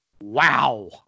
wow